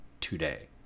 today